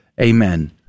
Amen